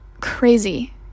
crazy